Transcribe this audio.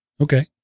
Okay